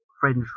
French